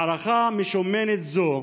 מערכה משומנת זו